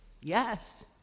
Yes